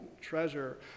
treasure